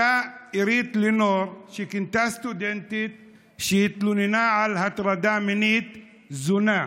אותה עירית לינור כינתה סטודנטית שהתלוננה על הטרדה מינית "זונה"